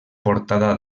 portada